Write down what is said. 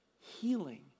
healing